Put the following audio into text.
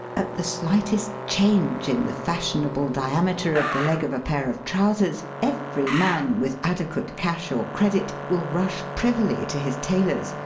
at the slightest change in the fashionable diameter of the leg of a pair of trousers every man with adequate cash or credit will rush privily to his tailor's,